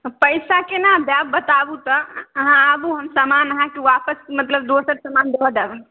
पैसा केना देब बताबु तऽ अहाँ आबु हम समान अहाँकेँ आस मतलब दोसर समान दऽ देब